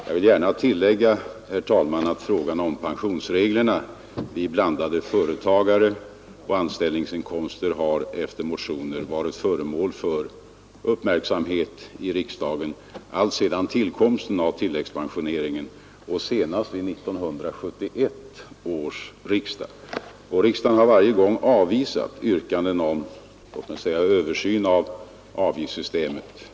Jag vill gärna tillägga, herr talman, att frågan om pensionsreglerna vid blandade företagaroch anställningsinkomster har, efter motioner, varit föremål för uppmärksamhet i riksdagen alltsedan tillkomsten av tilläggspensioneringen och senast vid 1971 års riksdag. Riksdagen har varje gång avvisat yrkanden om Översyn av avgiftssystemet.